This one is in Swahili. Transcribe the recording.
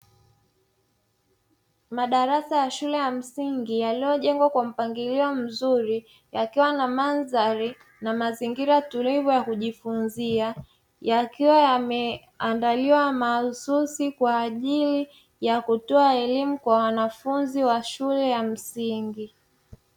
Madarasa ya shule ya msingi , yalojengwa kwa mpangilio mzuri ,yakiwa na mandhari na mazingira tulivu ya kujifunzia ,yakiwa yameandaliwa mahususi kwa ajili ya kutoa elimu kwa wanafunzi wa shule ya msingi.